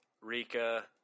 Rika